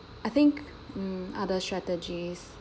I think um other strategies